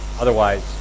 Otherwise